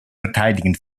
verteidigen